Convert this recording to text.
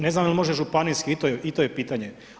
Ne znam je li može županijski, i to je pitanje.